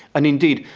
and indeed,